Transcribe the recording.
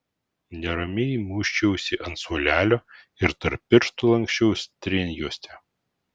neramiai muisčiausi ant suolelio ir tarp pirštų lanksčiau strėnjuostę